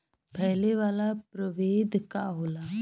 फैले वाला प्रभेद का होला?